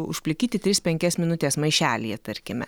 užplikyti tris penkias minutes maišelyje tarkime